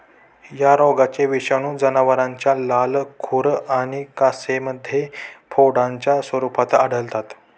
या रोगाचे विषाणू जनावरांच्या लाळ, खुर आणि कासेमध्ये फोडांच्या स्वरूपात आढळतात